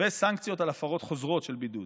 סנקציות על הפרות חוזרות של בידוד.